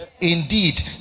Indeed